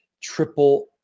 triple